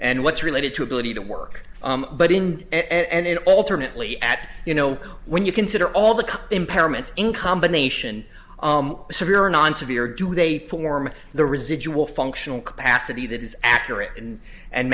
and what's related to ability to work but ind it alternately at you know when you consider all the impairments in combination severe or non severe do they form the residual functional capacity that is accurate and and